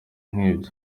nk’ibyo